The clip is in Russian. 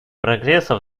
прогресса